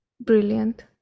Brilliant